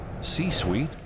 C-Suite